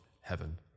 heaven